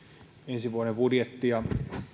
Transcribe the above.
ensi vuoden budjettia